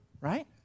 Right